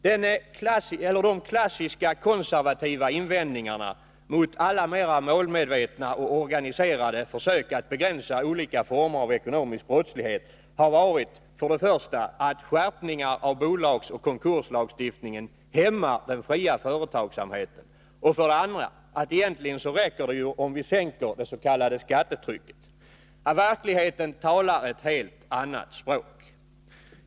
De klassiska konservativa invändningarna mot alla mera målmedvetna och organiserade försök att begränsa olika former av ekonomisk brottslighet har varit att skärpningar av bolagsoch konkurslagstiftningen hämmar den fria företagsamheten och att det egentligen räcker om vi sänker det s.k. skattetrycket. Verkligheten talar ett helt annat språk.